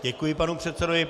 Děkuji panu předsedovi.